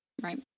Right